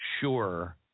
sure